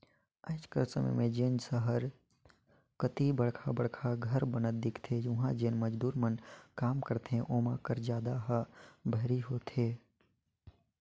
आएज कर समे में जेन सहर कती बड़खा बड़खा घर बनत दिखथें उहां जेन मजदूर मन काम करथे ओमा कर जादा ह बाहिरी होथे